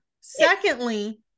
Secondly